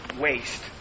waste